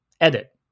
Edit